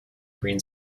green